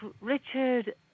Richard